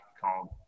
called